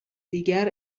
دیگر